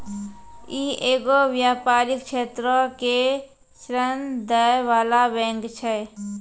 इ एगो व्यपारिक क्षेत्रो के ऋण दै बाला बैंक छै